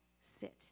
sit